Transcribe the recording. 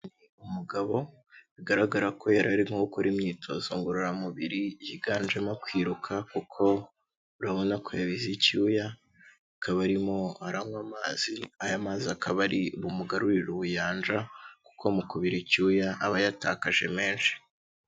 Umugabo, bigaragara ko yari arimo gukora imyitozo ngororamubiri, yiganjemo kwiruka, kuko urabona ko yabize icyuya, akaba arimo aranywa amazi, aya mazi akaba ari bumugarurire ubuyanja, kuko mu kubira icyuya aba yatakaje menshi.